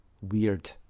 weird